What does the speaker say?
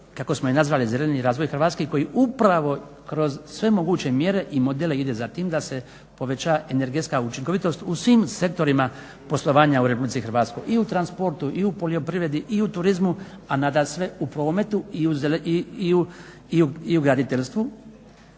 kako smo je nazvali zeleni razvoj Hrvatske koji upravo kroz sve moguće mjere i modele ide za tim da se poveća energetska učinkovitost u svim sektorima poslovanja u RH. I u transportu, i u poljoprivredi, i u turizmu, a nadasve u prometu i u graditeljstvu.